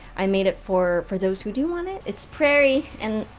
i made it for for those who do want it! it's prairie, and.